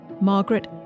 Margaret